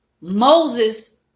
Moses